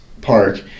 park